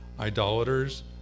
idolaters